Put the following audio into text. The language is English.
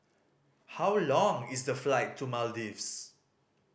how long is the flight to Maldives